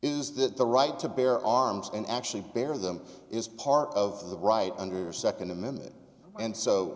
is that the right to bear arms and actually bear them is part of the right under your nd amendment and so